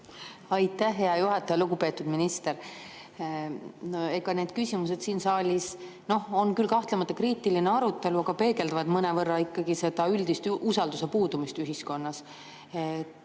Aitäh, hea juhataja! Lugupeetud minister! Need küsimused siin saalis on küll kahtlemata kriitilised, aga peegeldavad mõnevõrra ikkagi seda üldist usalduse puudumist ühiskonnas.